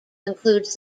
includes